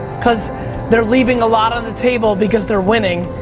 cause they're leaving a lot on the table because they're winning,